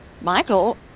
Michael